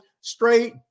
straight